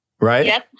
right